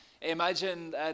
imagine